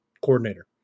coordinator